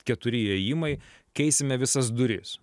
keturi įėjimai keisime visas duris